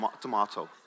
Tomato